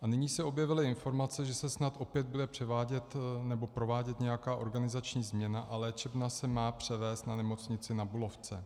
A nyní se objevily informace, že se snad opět bude převádět nebo provádět nějaká organizační změna a léčebna se má převést na nemocnici Na Bulovce.